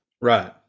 Right